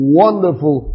wonderful